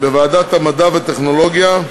בוועדת המדע והטכנולוגיה,